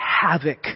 havoc